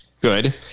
Good